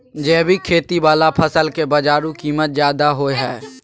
जैविक खेती वाला फसल के बाजारू कीमत ज्यादा होय हय